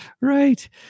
right